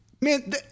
man